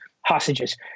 hostages